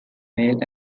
male